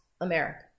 America